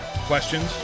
questions